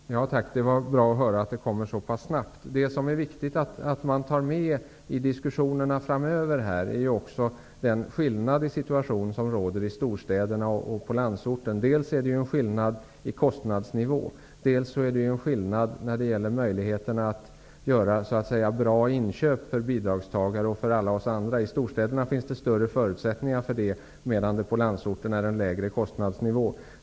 Fru talman! Tack, det var bra att få höra att betänkandet kommer så pass snabbt. Det som är viktigt att man tar med i diskussionerna framöver är också den skillnad i situation som råder i storstäderna och i landsorten. Dels är det en skillnad i kostnadsnivå, dels är det en skillnad när det gäller möjligheterna att göra bra inköp för bidragstagare och för alla oss andra. I storstäderna finns det större förutsättningar för det, medan det i landsorten är en lägre kostnadsnivå.